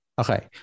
Okay